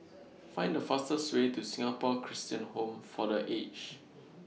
Find The fastest Way to Singapore Christian Home For The Aged